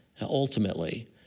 Ultimately